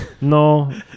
No